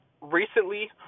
recently